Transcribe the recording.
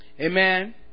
Amen